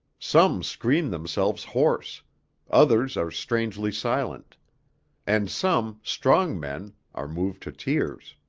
some scream themselves hoarse others are strangely silent and some strong men are moved to tears.